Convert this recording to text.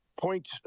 point